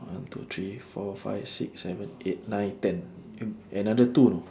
one two three four five six seven eight nine ten an~ another two